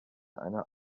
einer